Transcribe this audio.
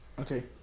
Okay